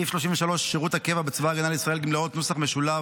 סעיף 33 לחוק שירות הקבע בצבא הגנה לישראל (גמלאות) (נוסח משולב),